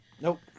Nope